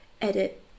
edit